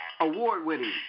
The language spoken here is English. award-winning